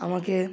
আমাকে